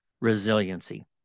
resiliency